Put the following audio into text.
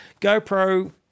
GoPro